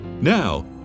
Now